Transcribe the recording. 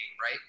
right